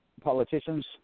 Politicians